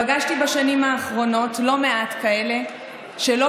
פגשתי בשנים האחרונות לא מעט כאלה שלא